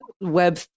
Web